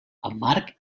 amarg